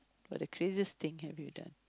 what are the craziest thing have you done